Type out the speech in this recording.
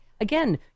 again